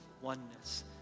oneness